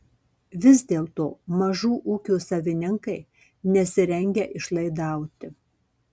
vis dėlto mažų ūkių savininkai nesirengia išlaidauti